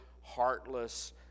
heartless